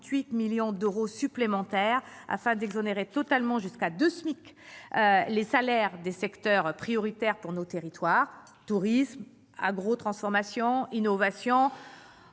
millions d'euros supplémentaires qui permettront d'exonérer totalement jusqu'à 2 SMIC les salaires des secteurs prioritaires pour nos territoires- tourisme, agrotransformation, innovation